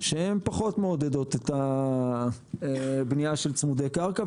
שהן פחות מעודדות את הבנייה של צמודי קרקע,